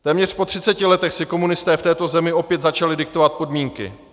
Téměř po 30 letech si komunisté v této zemi opět začali diktovat podmínky.